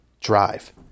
drive